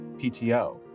PTO